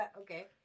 Okay